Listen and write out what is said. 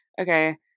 okay